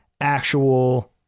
actual